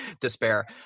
despair